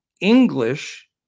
English